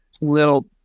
little